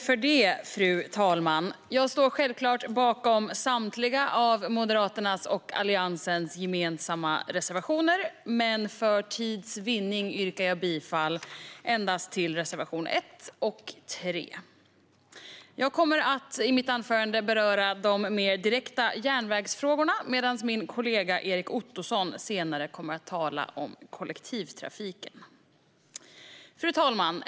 Fru talman! Jag står bakom samtliga av Moderaternas och Alliansens gemensamma reservationer, men för tids vinnande yrkar jag bifall till endast reservationerna 1 och 3. Jag kommer i mitt anförande att beröra de mer direkta järnvägsfrågorna, medan min kollega Erik Ottoson senare kommer att tala om kollektivtrafiken. Fru talman!